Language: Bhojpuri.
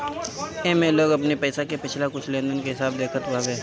एमे लोग अपनी पईसा के पिछला कुछ लेनदेन के हिसाब देखत हवे